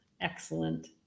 Excellent